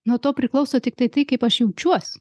nuo to priklauso tiktai tai kaip aš jaučiuos